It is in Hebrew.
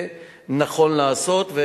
זה נכון לעשות,